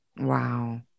Wow